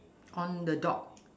on the dog